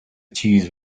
cheese